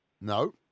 No